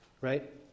right